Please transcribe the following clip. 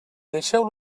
deixeu